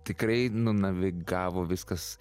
tikrai nunavigavo viskas